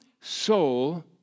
soul